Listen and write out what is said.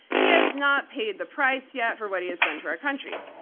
he has not paid the price yet for what he has done to our country.